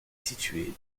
situé